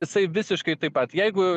jisai visiškai taip pat jeigu